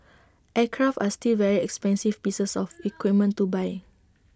aircraft are still very expensive pieces of equipment to buy